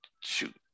shoot